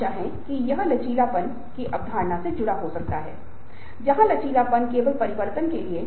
प्रेरणा पर अधिकांश शोध पश्चिमी देशों के कारखाने प्रकार के संगठन में आयोजित किए जाते हैं जहां मशीन रूपक हावी है